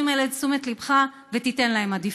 האלה לתשומת ליבך ותיתן להם עדיפות.